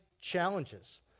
challenges